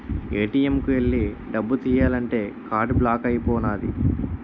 ATM కు ఎల్లి డబ్బు తియ్యాలంతే కార్డు బ్లాక్ అయిపోనాది